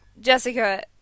Jessica